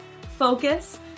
focus